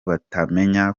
batamenya